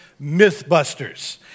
Mythbusters